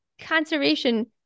conservation